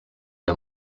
des